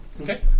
okay